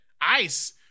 Ice